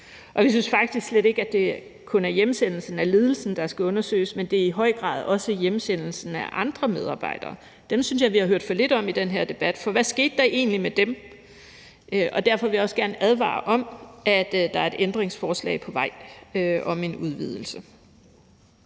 og vi synes faktisk slet ikke, at det kun er hjemsendelsen af ledelsen, der skal undersøges, men at det i høj grad også er hjemsendelsen af andre medarbejdere. Dem synes jeg vi har hørt for lidt om i den her debat, for hvad skete der egentlig med dem? Derfor vil jeg også gerne varsle, at der er et ændringsforslag på vej om en udvidelse.